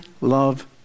love